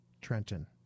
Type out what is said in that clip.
Trenton